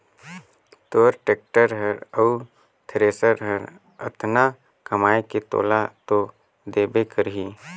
तोर टेक्टर हर अउ थेरेसर हर अतना कमाये के तोला तो देबे करही